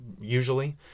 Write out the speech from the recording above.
usually